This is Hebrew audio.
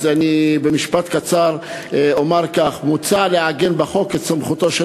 אז במשפט קצר אומר כך: מוצע לעגן בחוק את סמכותו של